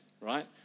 right